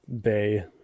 Bay